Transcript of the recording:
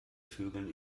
vögeln